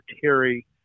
Terry